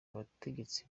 bategetsi